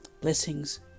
Blessings